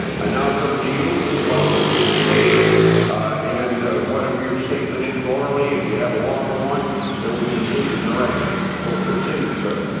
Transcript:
i now turn to you. welcome to the committee and whatever your statement is orally, if you have a longer one will be included in the record. so proceed, sir.